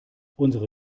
unsere